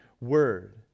word